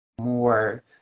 more